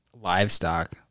livestock